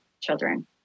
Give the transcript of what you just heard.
children